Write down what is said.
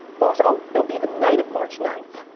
but so it'll be the night of march ninth.